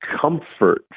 comfort